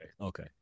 Okay